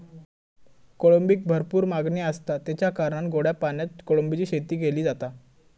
कोळंबीक भरपूर मागणी आसता, तेच्या कारणान गोड्या पाण्यात कोळंबीची शेती केली जाता